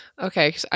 Okay